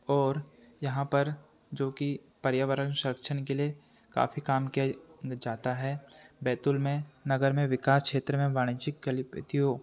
और यहाँ पर जो कि पर्यावरण संरक्षण के लिए काफी काम कै न जाता है बैतूल में नगर में विकास क्षेत्र में वाणिज्यिक कैलिपेथियों